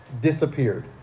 disappeared